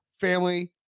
family